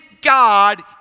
God